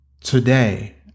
Today